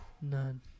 None